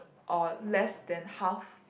or less than half